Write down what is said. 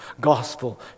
gospel